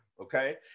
okay